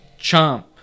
chomp